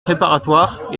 préparatoire